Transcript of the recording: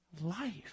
life